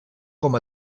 com